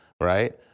right